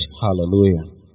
Hallelujah